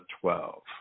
twelve